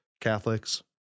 Catholics